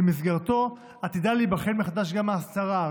ובמסגרתו עתידה להיבחן מחדש גם האסדרה,